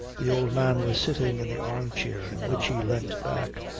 the old man was sitting in the arm-chair, in which he leant back,